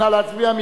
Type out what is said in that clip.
נא להצביע.